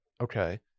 okay